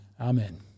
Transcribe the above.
Amen